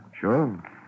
Sure